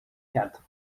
quatre